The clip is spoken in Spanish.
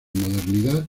modernidad